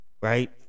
right